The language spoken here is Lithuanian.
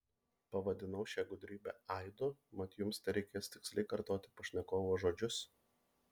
pavadinau šią gudrybę aidu mat jums tereikės tiksliai kartoti pašnekovo žodžius